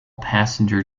passenger